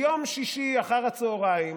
ביום שישי אחר הצוהריים,